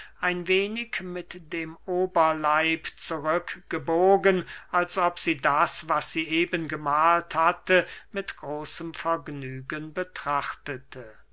ein wenig mit dem oberleib zurückgebogen als ob sie das was sie eben gemahlt hatte mit großem vergnügen betrachtete